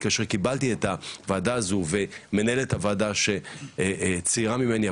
כאשר קיבלתי את הוועדה הזו ומנהלת הוועדה שצעירה ממני,